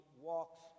walks